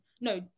no